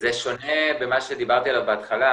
זה שונה מה שדיברתי עליו בהתחלה,